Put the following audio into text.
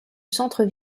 centre